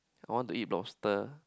I want to eat lobster